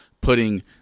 putting –